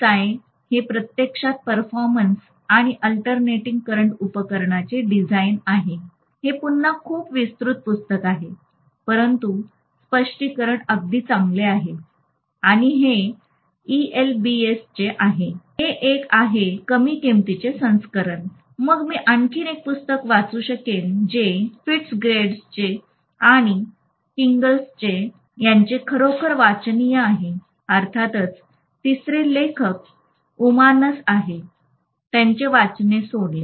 साय हे प्रत्यक्षात परफॉर्मन्स आणि अल्टरनेटिंग करंट उपकरणचे डिझाइन आहे हे पुन्हा खूप विस्तृत पुस्तक आहे परंतु स्पष्टीकरण अगदी चांगले आहे आणि हे ईएलबीएसचे आहे हे एक आहे कमी किंमतीचे संस्करण मग मी आणखी एक पुस्तक वाचू शकेन जे फिट्जगेरल्ड आणि किंग्सले यांचे खरोखर वाचनीय आहे अर्थातच तिसरे लेखक उमानस आहे त्यांचे वाचणे सोडले